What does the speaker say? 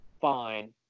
fine